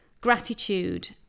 gratitude